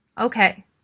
Okay